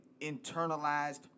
internalized